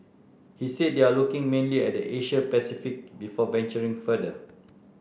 he said they are looking mainly at the Asia Pacific before venturing further